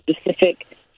specific